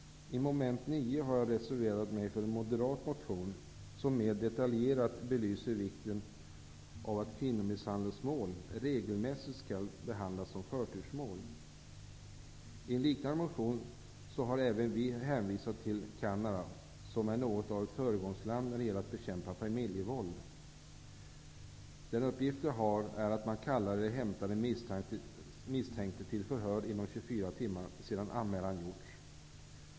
I mom. 9 har jag reserverat mig för en moderat motion som mer detaljerat belyser vikten av att kvinnomisshandelsmål regelmässigt skall behandlas som förtursmål. I en liknande motion har även vi hänvisat till Kanada, som är något av ett föregångsland när det gäller att bekämpa familjevåld. Den uppgift jag har är att man kallar eller hämtar den misstänkte till förhör inom 24 timmar sedan anmälan gjorts.